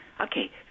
okay